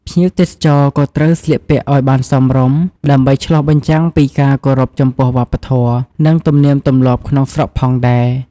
ភ្ញៀវទេសចរក៏ត្រូវស្លៀកពាក់ឲ្យបានសមរម្យ ដើម្បីឆ្លុះបញ្ចាំងពីការគោរពចំពោះវប្បធម៌ និងទំនៀមទម្លាប់ក្នុងស្រុកផងដែរ។